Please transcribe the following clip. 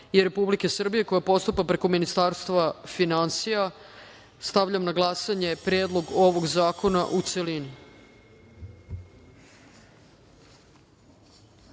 i Republike Srbije koja postupa preko Ministarstva finansija. Stavljam na glasanje Predlog ovog zakona, u